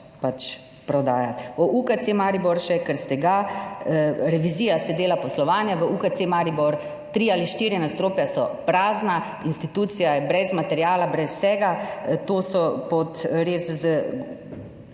V UKC Maribor še, ker ste ga. Revizija se dela poslovanja. V UKC Marigor tri ali štiri nadstropja so prazna, institucija je brez materiala, brez vsega. To so pod res, s podporo